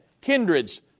kindreds